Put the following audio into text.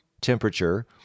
temperature